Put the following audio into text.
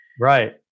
Right